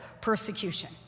persecution